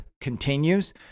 continues